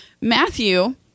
Matthew